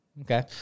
Okay